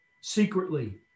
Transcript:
secretly